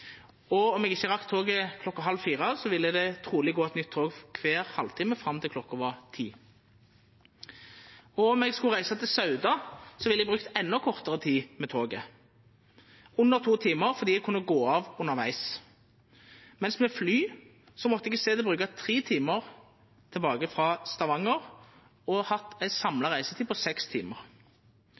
Om eg ikkje rakk toget klokka halv fire, ville det truleg gå eit nytt tog kvar halvtime fram til klokka var 22. Om eg skulle reisa til Sauda, ville eg ha brukt endå kortare tid med toget – under to timar fordi eg kunne gå av undervegs – mens med fly måtte eg i staden bruka tre timar tilbake frå Stavanger og hatt ei samla reisetid på seks timar.